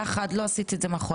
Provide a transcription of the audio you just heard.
די בוא נודה באמת,